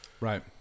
Right